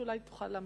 ואולי תוכל להמשיך.